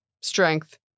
strength